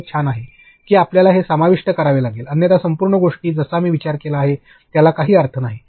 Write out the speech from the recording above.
हे छान आहे की आपल्याला हे समाविष्ट करावे लागेल अन्यथा संपूर्ण गोष्टी जसा मी विचार केला आहे त्याचा काही अर्थ नाही